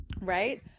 Right